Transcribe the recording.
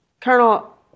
Colonel